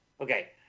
Okay